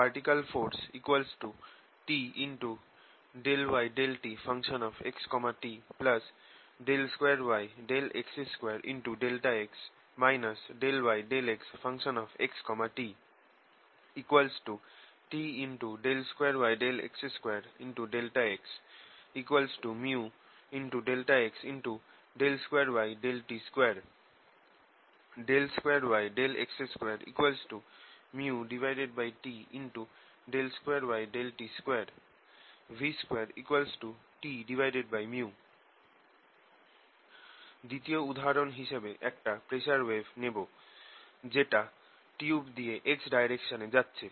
Vertical force T∂y∂txt 2yx2∆x ∂y∂xxt T2yx2∆x µ∆x2yt2 2yx2 µT2yt2 v2 Tµ দ্বিতীয় উদাহরণ হিসেবে একটা প্রেসার ওয়েভ নেব যেটা টিউব দিয়ে x ডাইরেকশনে যাচ্ছে